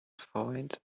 find